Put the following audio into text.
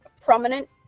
prominent